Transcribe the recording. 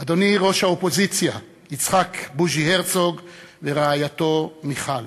אדוני ראש האופוזיציה יצחק בוז'י הרצוג ורעייתו מיכל,